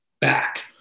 back